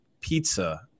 pizza